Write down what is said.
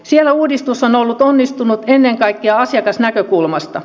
siellä uudistus on ollut onnistunut ennen kaikkea asiakasnäkökulmasta